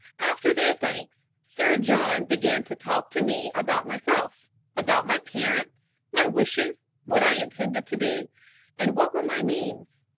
after their thanks, sir john began to talk to me about myself about my parents my wishes what i intended to do and what were my means?